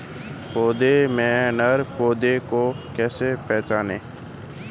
पौधों में नर पौधे को कैसे पहचानें?